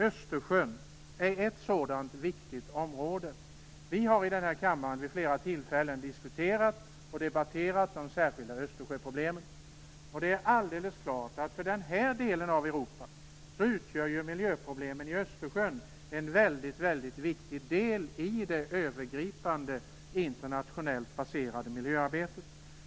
Östersjön är ett sådant viktigt område. Vi har i denna kammare vid flera tillfällen diskuterat och debatterat de särskilda Östersjöproblemen. Det är alldeles klart att för den här delen av Europa utgör miljöproblemen i Östersjön en mycket viktig del i det övergripande internationellt baserade miljöarbetet.